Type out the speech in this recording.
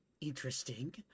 interesting